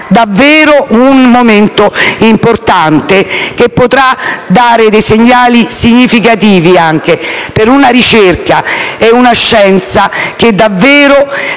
davvero un momento importante, che potrà dare segnali significativi per una ricerca e una scienza che davvero